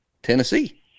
Tennessee